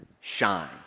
shine